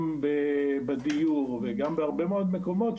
גם בדיור וגם בהרבה מאוד מקומות,